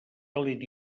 calent